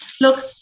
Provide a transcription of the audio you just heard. Look